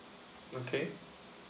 okay